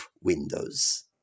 windows